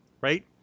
right